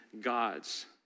God's